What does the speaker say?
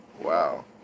Wow